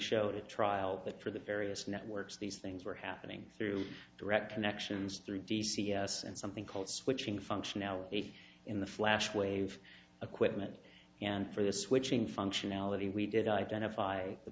showed a trial that for the various networks these things were happening through direct connections through d c s and something called switching functionality in the flash wave of quitman and for the switching functionality we did identify the